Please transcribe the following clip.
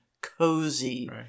cozy